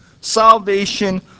Salvation